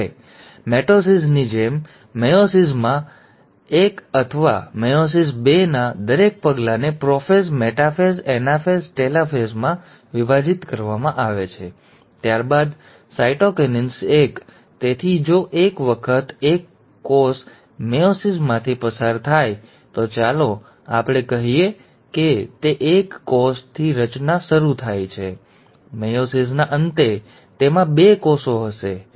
હવે મિટોસિસની જેમ મેયોસિસમાં મેયોસિસ એક અથવા મેયોસિસ બેના દરેક પગલાને પ્રોફેઝ મેટાફેઝ એનાફેઝ ટેલોફાઝમાં વિભાજિત કરવામાં આવે છે ત્યારબાદ સાઇટોકિન્સિસ એક તેથી જો એક વખત કોષ મેયોસિસમાંથી પસાર થાય તો ચાલો આપણે કહીએ કે તે એક કોષથી શરૂ થાય છે મેયોસિસના અંતે એક તેમાં બે કોષો હશે ઠીક છે